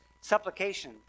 supplication